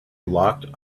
locked